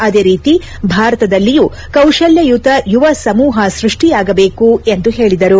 ಅದೇ ರೀತಿ ಭಾರತದಲ್ಲಿಯೂ ಕೌಶಲ್ಯಯತ ಯುವ ಸಮೂಹ ಸೃಷ್ಷಿಯಾಗಬೇಕು ಎಂದು ಹೇಳಿದರು